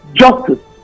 justice